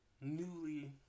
newly